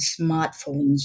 smartphones